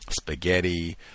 spaghetti